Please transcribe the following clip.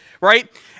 right